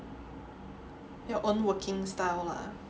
your own working style lah